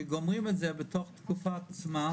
שגומרים את זה בתוך תקופת זמן,